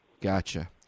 gotcha